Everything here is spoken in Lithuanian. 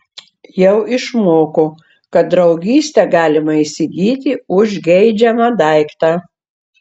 jau išmoko kad draugystę galima įsigyti už geidžiamą daiktą